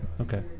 Okay